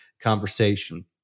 conversation